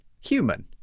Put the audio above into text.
human